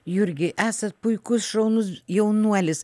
jurgi esat puikus šaunus jaunuolis